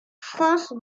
france